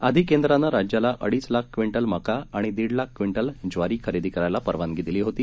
आधी केंद्रानं राज्याला अडीच लाख क्विंटल मका आणि दीड लाख क्विंटल ज्वारी खरेदी करायला परवानगी दिली होती